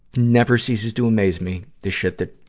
never ceases to amaze me, the shit that